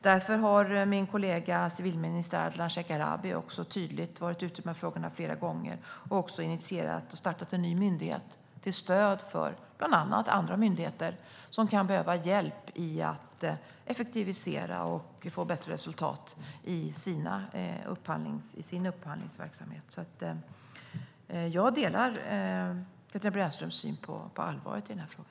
Därför har min kollega civilminister Ardalan Shekarabi tydligt varit ute med frågorna flera gånger och också initierat och startat en ny myndighet till stöd för bland annat andra myndigheter som kan behöva hjälp i att effektivisera och få bättre resultat i sin upphandlingsverksamhet. Jag delar Katarina Brännströms syn på allvaret i den här frågan.